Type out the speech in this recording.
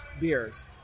beers